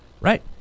right